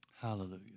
Hallelujah